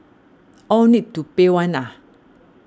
all need to pay one ah